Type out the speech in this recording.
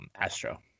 Astro